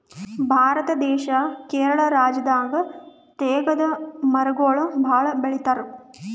ಭಾರತ ದೇಶ್ ಕೇರಳ ರಾಜ್ಯದಾಗ್ ತೇಗದ್ ಮರಗೊಳ್ ಭಾಳ್ ಬೆಳಿತಾರ್